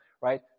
right